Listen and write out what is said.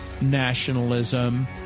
nationalism